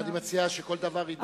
אני מציע שכל דבר יידון לגופו.